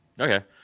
Okay